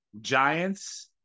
Giants